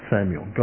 Samuel